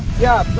yeah,